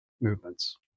movements